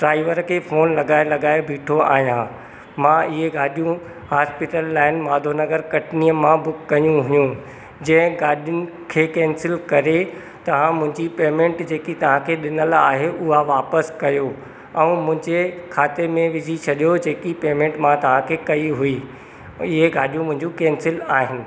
driver खे phone लॻाए लॻाए बीठो आहियां मां इहे गाॾियूं हास्पिटल लाइन माधवनगर कटनीअ मां बुक कयूं हुयूं जंहिं गाॾियुनि खे केंसिल करे तव्हां मुंहिंजी पेमेंट जेकी तव्हांखे ॾिनल आहे उहा वापसि कयो ऐं मुंहिंजे खाते में विझी छॾियो जेकी पेमेंट मां तव्हांखे कई हुई इहे गाॾियूं मुंहिंजियूं केंसिल आहिनि